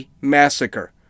massacre